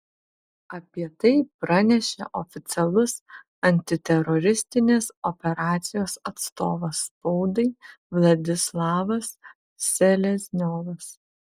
apie tai pranešė oficialus antiteroristinės operacijos atstovas spaudai vladislavas selezniovas